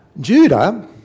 Judah